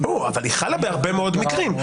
--- אבל היא חלה בהרבה מאוד מקרים.